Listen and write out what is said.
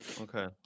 Okay